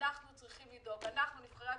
אנחנו צריכים לדאוג, אנחנו, נבחרי הציבור,